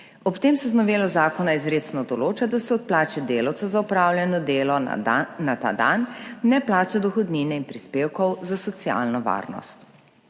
Ob tem se z novelo zakona izrecno določa, da se od plače delavca za opravljeno delo na dan, na ta dan ne plača dohodnine in prispevkov za socialno varnost.